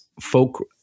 folk